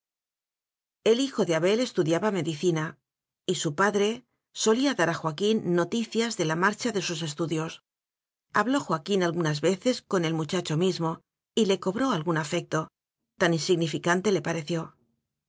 el hijo de abel estudiaba medicina y su padre solía dar a joaquín noticias de la mar cha de sus estudios habló joaquín algunas veces con el muchacho mismo y le cobró al gún afecto tan insignificante le pareció